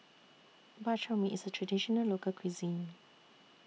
Bak Chor Mee IS A Traditional Local Cuisine